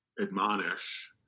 admonish